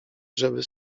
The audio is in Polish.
żeby